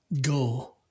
go